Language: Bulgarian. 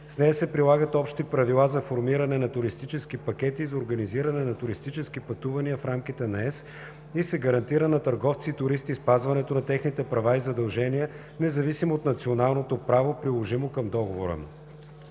С нея се прилагат общи правила за формиране на туристически пакети и за организиране на туристически пътувания в рамките на Европейския съюз и се гарантира на търговци и туристи спазването на техните права и задължения, независимо от националното право, приложимо към договора.